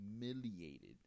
humiliated